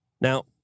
Now